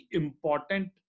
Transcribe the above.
important